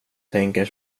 tänker